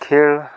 खेळ